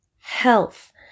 health